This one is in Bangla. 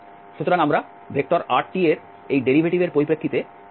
সুতরাং আমরা rtএর এই ডেরিভেটিভের পরিপ্রেক্ষিতে এই ds গণনা করতে পারি